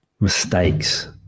mistakes